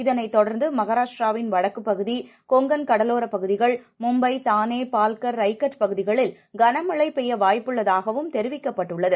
இதனைத் தொடர்ந்துமகாராஷ்ட்டிராவின் வடக்குபகுதி கொங்கள் கடலோரபகுதிகள் மும்பை தானே பால்கர் ரைகட் பகுதிகளில் கனமழைபெய்யவாய்ப்புள்ளதாகவும் தெரிவிக்கப்பட்டுள்ளது